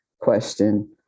question